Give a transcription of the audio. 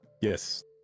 Yes